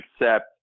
accept